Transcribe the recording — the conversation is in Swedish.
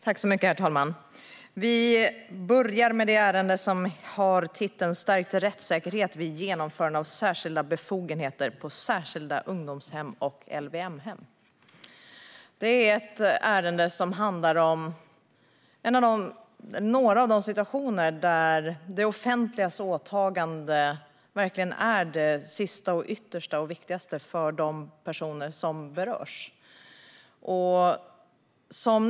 Herr talman! Vi börjar med det ärende som har titeln Stärkt rättssäker het vid genomförande av särskilda befogenheter på särskilda ungdoms hem och LVM-hem. Det är ett ärende som handlar om några av de situationer där det offentligas åtagande verkligen är det yttersta och viktigaste för de personer som berörs.